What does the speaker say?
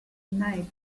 night